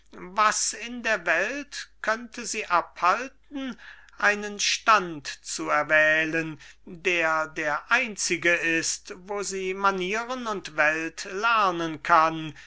was in der welt könnte sie abhalten einen stand zu erwählen der der einzige ist wo sie manieren und welt lernen kann